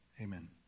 Amen